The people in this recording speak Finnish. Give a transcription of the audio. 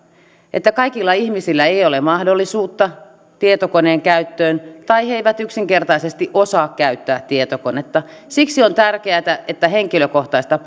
että kaikilla ihmisillä ei ei ole mahdollisuutta tietokoneen käyttöön tai he eivät yksinkertaisesti osaa käyttää tietokonetta siksi on tärkeätä että henkilökohtaista